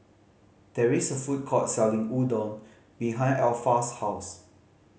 there is a food court selling Udon behind Alpha's house